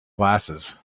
glasses